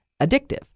addictive